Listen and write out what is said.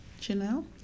Chanel